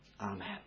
Amen